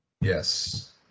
yes